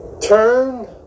turn